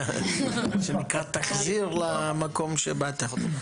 מה שנקרא, תחזיר למקום שבאת.